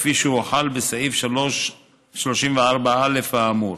כפי שהוחל בסעיף 34א האמור.